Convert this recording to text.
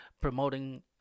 promoting